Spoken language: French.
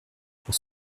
pour